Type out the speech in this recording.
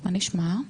מה נשמע?